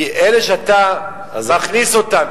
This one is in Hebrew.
כי אלה שאתה מכניס אותם,